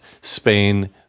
Spain